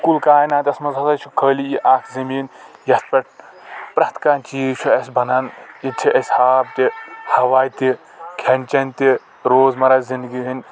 کُل کایناتس منٛز ہسا چھ خألی یہِ اکھ زمیٖن یتھ پٮ۪ٹھ پرٛتھ کانٛہہ چیٖز چھُ اَسہِ بنان ییٚتہِ چھ اَسہِ آب تہِ ہوا تہِ کھٮ۪ن چٮ۪ن تہِ روزمرہ زِنٛدگی ہٕنٛدۍ